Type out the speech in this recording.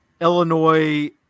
illinois